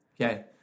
Okay